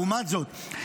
לעומת זאת,